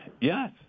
Yes